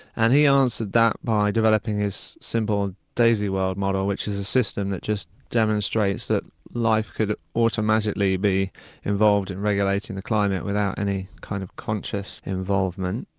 and he answered that by developing his simple daisyworld model which is a system that just demonstrates that life could automatically be involved in regulating the climate without any kind of conscious involvement.